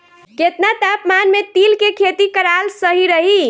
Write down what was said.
केतना तापमान मे तिल के खेती कराल सही रही?